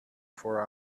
four